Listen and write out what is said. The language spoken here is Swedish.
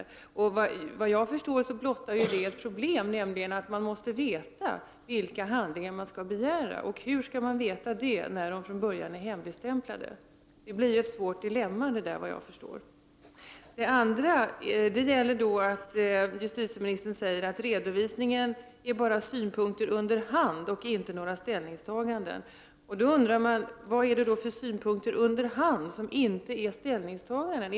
Detta blottar efter vad jag förstår ett problem, nämligen att man måste veta vilka handlingar man skall begära. Hur skall man veta det när de från början är hemligstämplade? Detta blir som jag ser det ett svårt dilemma. Justitieministern säger att redovisningen bara ger ”synpunkter under hand” och inte några ställningstaganden. Man undrar då vad det är för ”synpunkter under hand” som inte är ställningstaganden.